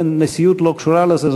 הנשיאות לא קשורה לזה,